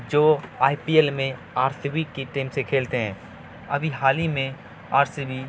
جو I P L میں R C B کی ٹیم سے کھیلتے ہیں ابھی حال ہی میں آر سی بی